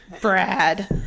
Brad